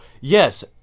Yes